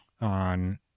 on